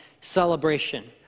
celebration